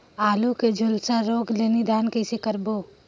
आलू के झुलसा रोग ले निदान कइसे करबो?